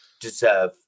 Deserve